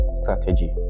strategy